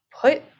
put